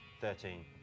thirteen